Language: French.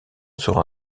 sera